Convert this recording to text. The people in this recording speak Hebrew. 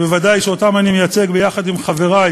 וודאי שאותם אני מייצג ביחד עם חברי